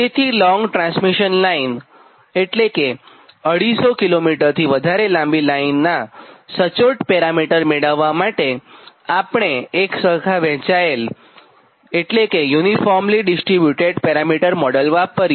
તેથી long transmission line એટલે કે 250 કિલોમીટર થી વધુ લાંબી લાઈન નાં સચોટ પેરામિટર મેળવ્વા માટે આપણે એકસરખા વહેંચાયેલ એટલે કે યુનિફોર્મ ડિસ્ટ્રીબ્યુટેડ પેરામિટર મોડલ વાપરીએ